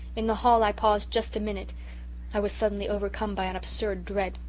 in the hall i paused just a minute i was suddenly overcome by an absurd dread.